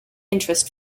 interest